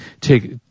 take